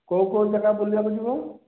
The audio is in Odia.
କେଉଁ କେଉଁ ଜାଗା ବୁଲିବାକୁ ଯିବୁ